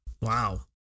Wow